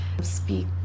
speak